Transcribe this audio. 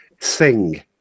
Sing